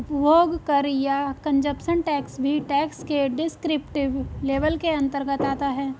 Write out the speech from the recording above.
उपभोग कर या कंजप्शन टैक्स भी टैक्स के डिस्क्रिप्टिव लेबल के अंतर्गत आता है